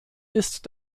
ist